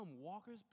walkers